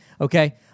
Okay